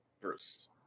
Bruce